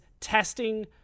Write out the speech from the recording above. testing